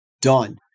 done